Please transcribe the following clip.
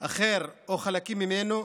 אחר או חלקים ממנו.